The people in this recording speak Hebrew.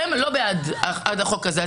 שהם לא בעד החוק הזה,